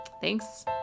Thanks